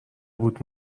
بود